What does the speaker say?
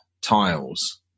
tiles